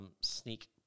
sneak